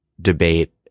debate